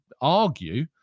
argue